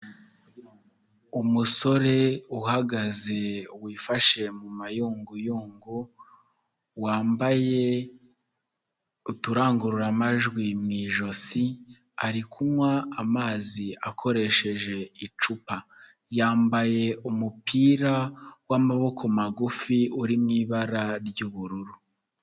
Umusore uhagaze wifashe mu mayunguyungu wambaye uturangururamajwi mu ijosi ari kunywa amazi akoresheje icupa, yambaye umupira w'amaboko magufi uri mu ibara ry'ubururu.